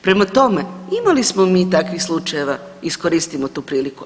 Prema tome, imali smo mi takvih slučajeva, iskoristimo tu priliku.